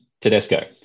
Tedesco